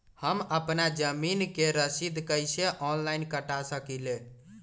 हम अपना जमीन के रसीद कईसे ऑनलाइन कटा सकिले?